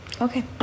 okay